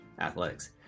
athletics